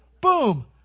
boom